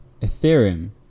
Ethereum